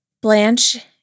Blanche